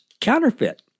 counterfeit